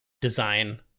design